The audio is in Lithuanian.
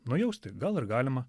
nujausti gal ir galima